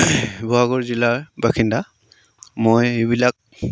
শিৱসাগৰ জিলাৰ বাসিন্দা মই এইবিলাক